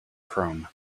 chrome